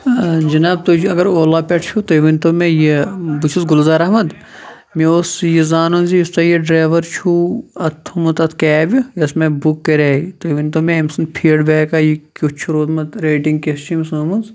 جِناب تُہۍ چھِو اَگَر اولا پٮ۪ٹھ چھِو تُہۍ ؤنتَو مےٚ یہِ بہٕ چھُس گُلزار احمَد مےٚ اوس یہِ زانُن زِ یُس تۄہہِ یہِ ڈرَیوَر چھو اَتھ تھومُت اَتھ کیبہِ یوٚس مےٚ بُک کَریے تُہۍ ؤنتَو مےٚ امۍ سُنٛد فیٖڑبیک یہِ کیُتھ چھُ روٗدمُت ریٹِنٛگ کِژھ چھِ امس آمٕژ